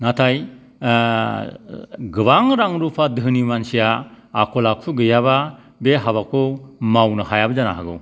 नाथाय गोबां रां रुफा दोहोनि मानसिया आखल आखु गैयाबा बे हाबाखौ मावनो हायाबो जानो हागौ